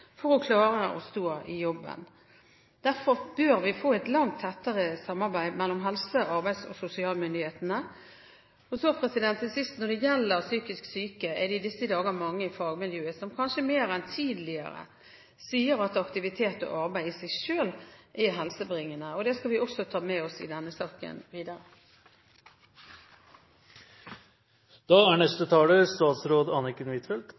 for å klare å stå i jobben. Derfor bør vi få et langt tettere samarbeid mellom helse-, arbeids- og sosialmyndighetene. Til sist: Når det gjelder psykisk syke, er det i disse dager mange fagmiljøer som kanskje mer enn tidligere sier at aktivitet og arbeid i seg selv er helsebringende, og det skal vi også ta med oss videre i denne saken.